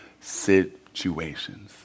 situations